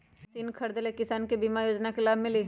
Machine खरीदे ले किसान के बीमा योजना के लाभ मिली?